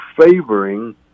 favoring